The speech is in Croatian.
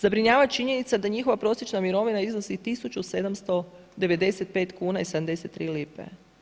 Zabrinjava činjenica da njihova prosječna mirovina iznosi 1795 kuna 73 lipe.